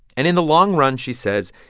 and in the long run, she says,